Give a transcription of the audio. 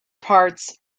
parts